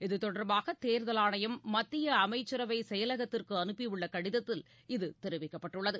இதுதொடர்பாக தேர்தல் ஆணையம் மத்திய அமைச்சரவை செயலகத்திற்கு அனுப்பியுள்ள கடிதத்தில் இது தெரிவிக்கப்பட்டுள்ளது